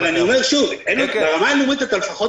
אבל אני אומר שוב: ברמה הלאומית אתה לפחות